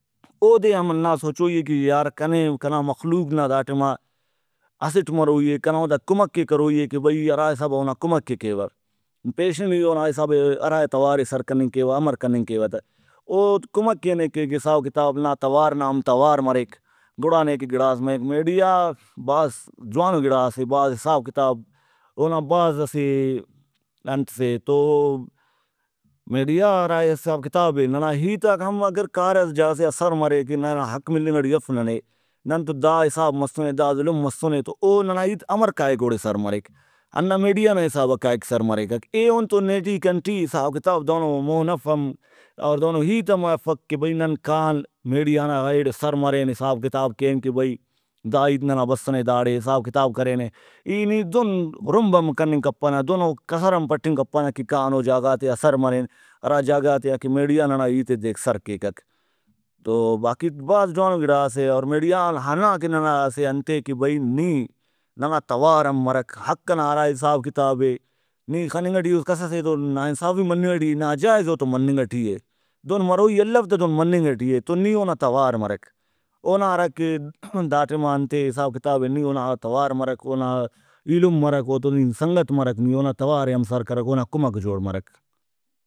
اودے ہم ہنا سوچوئی اے کہ یار کنے کنا مخلوق نا دا ٹائما اسٹ مروئی اے کنے اوتا کُمکے کروئی اے کہ بھئی ای ہرا حسابا اونا کُمکے کیوک۔ پیشن ای اونا حسابے ہرا توارے سر کننگ کیوہ امر کننگ کیوہ تہ ۔اود کمکے نے کیک حساب نا توار نا ہم توار مریک گڑا نیکہ گڑاس مریک میڈیا بھاز جوانو گڑاسے بھاز حساب کتاب اونا بھاز اسہ انت سے تو میڈیاغا ہرا حساب کتابے ننا ہیتاک ہم اگر کارہ اسہ جاگہ سے آ سر مرے کہ ننا حق ملنگ ٹی اف ننے نن تو دا حساب مسُنے دا ظلم مسُنے تو او ننا ہیت امر کائک اوڑے سر مریک۔ ہندا میڈیا نا حسابا کائک سر مریکک۔ ایہن تو نے ٹی کن ٹی حساب کتاب دُہنو مون اف ہم اور دہنو ہیت ہم افک کہ بھئی نن کان میڈیا نا ایڑے سر مرین حساب کتاب کین کہ بھئی دا ہیت ننا بسُنے داڑے حساب کتاب کرینے ای نی دُہن رُمب ہم کننگ کپنہ دہنو کسر ہم پٹنگ کپنہ کہ کان او جاگہ غاتے آ سر مرین ہرا جاگہ غاتے آ کہ میڈیا ننا ہیتے دیک سر کیکک تو باقی بھازو جوانو گڑاسے اور میڈیا آن ہندا کہ ننا اسہ انتے کہ بھئی نی ننا توار ہم مرک حق ئنا ہرا حساب کتابے نی خننگ ٹی اُس کس سے تون نا انصافی مننگ ٹی اے نا جائز اوتو مننگ ٹی ای دہن مروئی الو تہ دہن مننگ ٹی اے تو نی اونا توار مرک۔ اونا ہراکہ دا ٹائما انتے حساب کتابے نی اونا توار مرک اونا ایلم مرک اوتو نی ہن سنگت مرک نی اونا توارے ہم سر کرک اونا کمک جوڑمرک